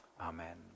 Amen